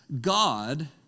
God